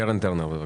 קרן טרנר, בבקשה.